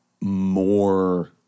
more